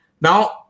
Now